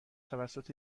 توسط